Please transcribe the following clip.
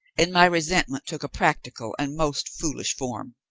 and my resentment took a practical and most foolish form.